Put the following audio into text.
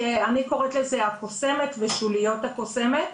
אני קוראת לזה הקוסמת ושוליות הקוסמת,